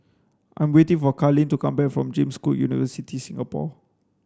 I'm waiting for Karlene to come back from James Cook University Singapore